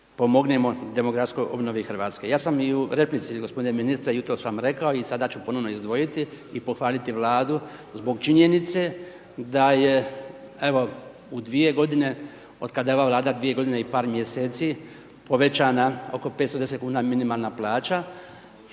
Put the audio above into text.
pomognemo demografskoj obnovi Hrvatske. Ja sam i u replici g. ministre jutros vam rekao i sada ću ponovno izdvojiti i pohvaliti vladu zbog činjenice da je u 2 g. od kada je ova vlada od 2 g. i par mjeseci povećana oko 510 kn minimalan plaća,